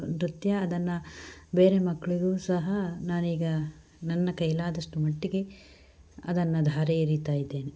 ನೃತ್ಯ ಅದನ್ನು ಬೇರೆ ಮಕ್ಕಳಿಗೂ ಸಹ ನಾನೀಗ ನನ್ನ ಕೈಲಾದಷ್ಟು ಮಟ್ಟಿಗೆ ಅದನ್ನು ಧಾರೆ ಎರಿತಾ ಇದ್ದೇನೆ